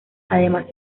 además